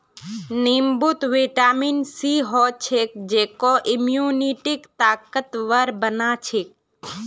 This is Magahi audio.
नींबूत विटामिन सी ह छेक जेको इम्यूनिटीक ताकतवर बना छेक